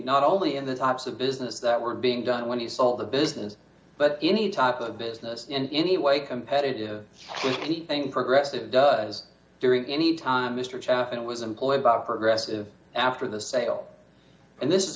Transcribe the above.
not only in the types of business that were being done when he sold the business but any type of business in any way competitive keeping progressive does during any time mr chaffin was employed by a progressive after the sale and this is